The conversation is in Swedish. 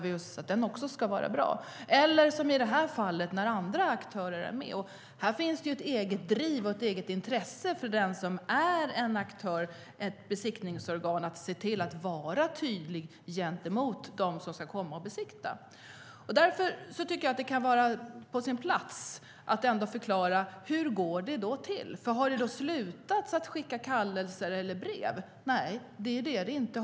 I det här fallet är dock andra aktörer med, och här finns det ett eget intresse för den som är aktör, ett besiktningsorgan, att vara tydlig gentemot dem som ska komma och låta besiktiga sina bilar. Därför kan det vara på sin plats att förklara hur det går till. Har man slutat att skicka kallelser eller brev? Nej, det har man inte.